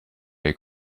dei